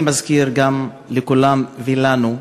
אני מזכיר לכולם ולנו,